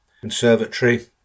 conservatory